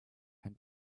and